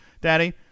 Daddy